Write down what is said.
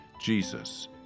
Jesus